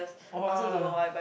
!wah!